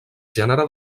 gènere